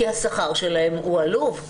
כי השכר שלהן הוא עלוב,